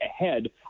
ahead